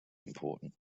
important